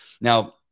Now